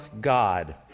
God